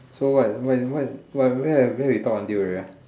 so what we where where we talk until already ah